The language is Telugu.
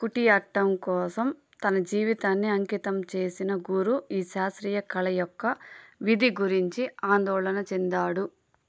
కుటియాట్టం కోసం తన జీవితాన్ని అంకితం చేసిన గురు ఈ శాస్త్రీయ కళ యొక్క విధి గురించి ఆందోళన చెందాడు